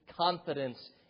confidence